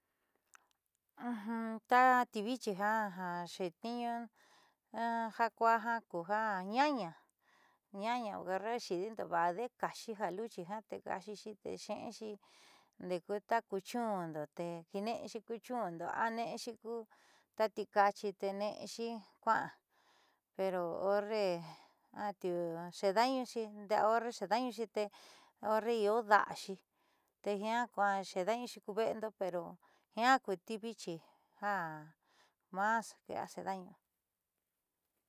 taa tiivichi jaxeetniiñu ja kuaa ja ku ja ñaña ñaña horre xi'idindo vaade'e kaaxi ja luchi jiaa tee kaa'xixi tee xe'enxi ndeeku ta ku chundo tee kiine'exi ku chundo a ne'exi ku to tikachi te ne'exi kua'an pero horre atiuu xeeda'añuxi horre xeeda'añuxi horre io da'axi te jiaa kuja xeeda'añuxi ku ve'endo pero jiaa ku ti vichi ja mas que daño.